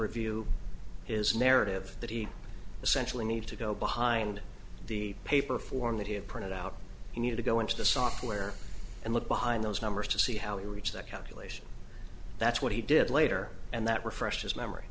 review his narrative that he essentially need to go behind the paper form that he had printed out he needed to go into the software and look behind those numbers to see how he reached that calculation that's what he did later and that refresh his memory